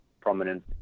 prominent